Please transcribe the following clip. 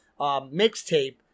mixtape